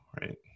right